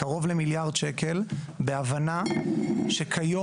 קרוב למיליארד שקלים בהבנה שכיום,